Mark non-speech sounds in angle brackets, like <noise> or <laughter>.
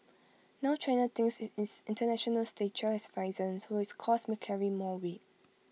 now China thinks <unintelligible> its International stature has risen so its calls may carry more weight